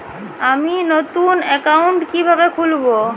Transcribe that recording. আমি নতুন অ্যাকাউন্ট কিভাবে খুলব?